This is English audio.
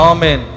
Amen